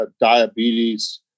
diabetes